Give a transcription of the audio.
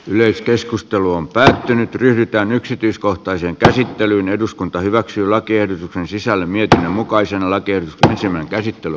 yleiskeskustelu on päättynyt pyritään yksityiskohtaiseen käsittelyyn eduskunta hyväksyy lakiehdotukseen sisälly mitään osaltaan valvoo etua tässä asiassa